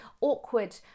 awkward